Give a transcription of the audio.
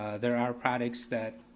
there are products that